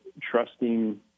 trusting